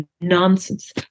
nonsense